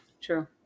true